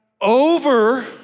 over